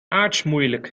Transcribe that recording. aartsmoeilijk